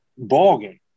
ballgame